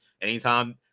Anytime